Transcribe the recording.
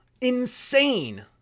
Insane